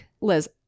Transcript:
liz